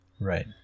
Right